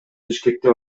бишкекте